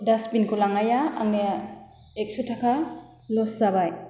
डासबिनखौ लांनाया आंनिया एक्स' थाखा लस जाबाय